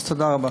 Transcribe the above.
אז תודה רבה.